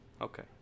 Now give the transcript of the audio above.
Okay